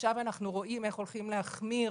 ועכשיו אנחנו רואים איך הולכים להחמיר